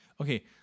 okay